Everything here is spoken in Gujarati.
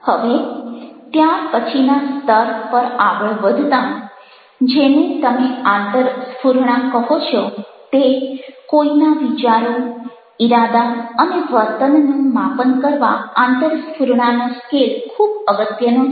હવે ત્યાર પછીના સ્તર પર આગળ વધતાં જેને તમે આંતરસ્ફુરણા કહો છો તે કોઇના વિચારો ઈરાદા અને વર્તનનું માપન કરવા આંતરસ્ફુરણાનો સ્કેલ ખૂબ અગત્યનો છે